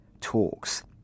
talks